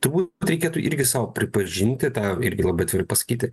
turbūt reikėtų irgi sau pripažinti tą irgi labai turiu pasakyti